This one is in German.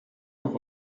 auch